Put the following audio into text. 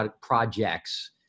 projects